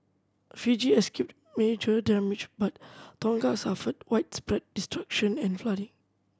Fiji escaped major damage but Tonga suffered widespread destruction and flooding